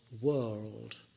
world